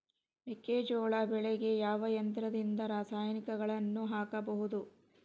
ಮೆಕ್ಕೆಜೋಳ ಬೆಳೆಗೆ ಯಾವ ಯಂತ್ರದಿಂದ ರಾಸಾಯನಿಕಗಳನ್ನು ಹಾಕಬಹುದು?